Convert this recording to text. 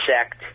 sect